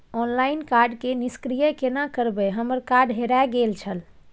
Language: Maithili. ऑनलाइन कार्ड के निष्क्रिय केना करबै हमर कार्ड हेराय गेल छल?